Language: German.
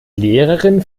lehrerin